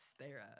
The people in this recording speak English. stare